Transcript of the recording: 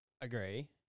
Agree